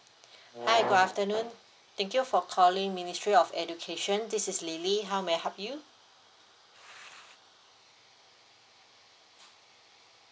hi good afternoon thank you for calling ministry of education this is lily how may I help you